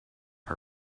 her